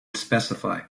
specify